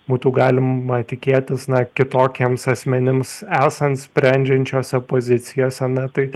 būtų galima tikėtis na kitokiems asmenims esant sprendžiančiose pozicijose na tai